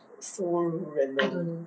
so random